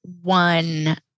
one